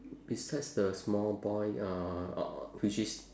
besides the small boy uh which is